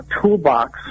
toolbox